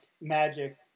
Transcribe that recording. magic